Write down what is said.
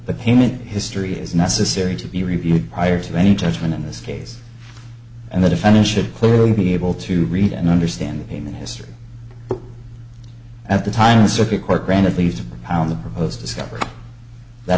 the payment history is necessary to be reviewed prior to any judgment in this case and the defendant should clearly be able to read and understand the payment history at the time a circuit court granted leads to propound the proposed discovery that